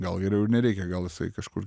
gal geriau ir nereikia gal jisai kažkur